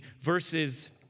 versus